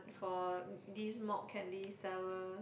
for this malt candy seller